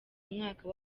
mwaka